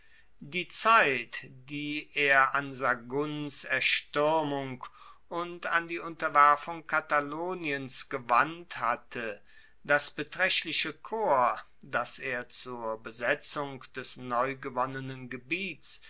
die zeit die er an sagunts erstuermung und an die unterwerfung kataloniens gewandt hatte das betraechtliche korps das er zur besetzung des neugewonnenen gebiets